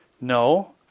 No